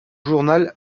journal